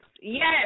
Yes